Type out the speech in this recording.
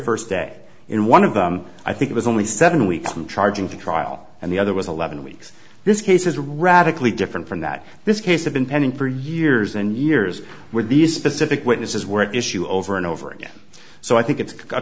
first day in one of them i think it was only seven weeks from charging to trial and the other was eleven weeks this case is radically different from that this case have been pending for years and years with these specific witnesses were at issue over and over again so i think it's a